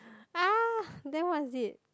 ah then what is it